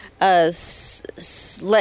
let